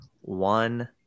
one